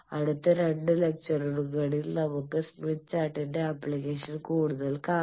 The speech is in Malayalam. അടുത്ത 2 ലെക്ചറുകളിൽ നമുക്ക് സ്മിത്ത് ചാർട്ടിന്റെ ആപ്ലിക്കേഷൻ കൂടുതൽ കാണാം